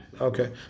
Okay